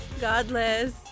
Godless